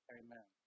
amen